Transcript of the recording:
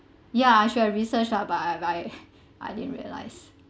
ya I should have researched lah but I but I I didn't realise